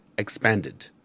expanded